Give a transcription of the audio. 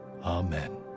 amen